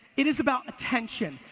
it is about attention.